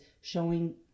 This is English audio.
showing